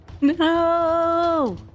No